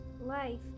life